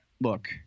look